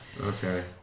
Okay